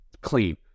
clean